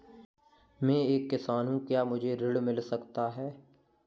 मैं एक किसान हूँ क्या मुझे ऋण मिल सकता है?